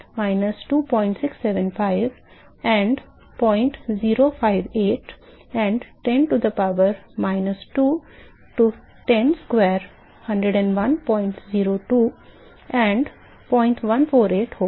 तो यह 10 power minus 10 minus 2675 and 0058 and 10 power minus 2 to 10 square 10102 and 0148 होगा